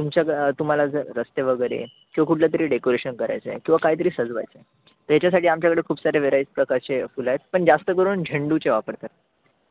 तुमच्या ज तुम्हाला जर रस्ते वगैरे किंवा कुठलं तरी डेकोरेशन करायचं आहे किंवा काहीतरी सजवाय तर याच्यासाठी आमच्याकडे खूप सारे व्हेराय प्रकारचे फुलं आहेत पण जास्त करून झेंडूचे वापरतात